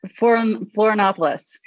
Florinopolis